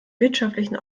wirtschaftlichen